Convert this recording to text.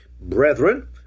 brethren